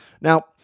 Now